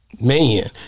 Man